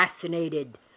fascinated